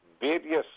various